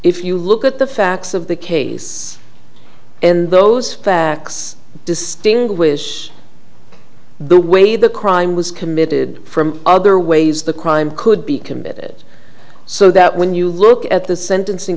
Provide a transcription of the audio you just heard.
if you look at the facts of the case and those facts distinguish the way the crime was committed from other ways the crime could be committed so that when you look at the sentencing